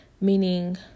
Meaning